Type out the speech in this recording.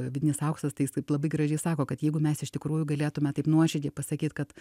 vidinis auksas tai jis taip labai gražiai sako kad jeigu mes iš tikrųjų galėtume taip nuoširdžiai pasakyt kad